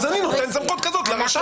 אז אני נותן סמכות כזאת לרשם.